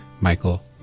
michael